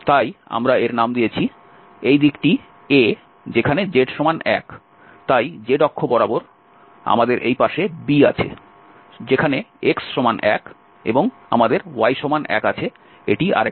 তাই আমরা এর নাম দিয়েছি এই দিকটি A যেখানে z 1 তাই z অক্ষ বরাবর আমাদের এই পাশে B আছে যেখানে x 1 এবং আমাদের y 1 আছে এটি আরেকটি দিক